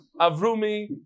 Avrumi